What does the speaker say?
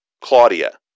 Claudia